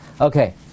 Okay